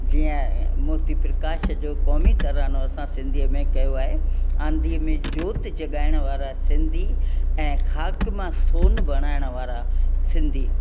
जीअं मोती प्रकाश जो क़ौमी तरानो असां सिंधीअ में कयो आहे आंधीअ में जोति जॻाइण वारा सिंधी ऐं ख़ाकु मां सोन बणाइण वारा सिंधी